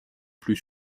plus